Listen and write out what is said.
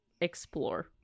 explore